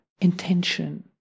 intention